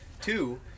Two